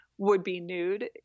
would-be-nude